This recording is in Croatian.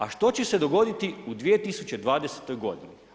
A što će se dogoditi u 2020. godini?